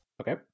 okay